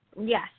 Yes